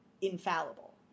infallible